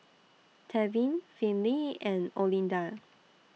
Tevin Finley and Olinda